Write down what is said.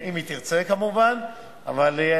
עם עוזרים כמו שלך זו לא בעיה לעשות 78,